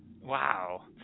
Wow